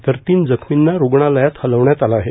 तर तीन जखमींना रूग्णालयात हलवण्यात आलं आहे